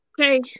Okay